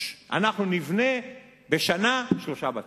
אנחנו נבנה בשנה שלושה בתים.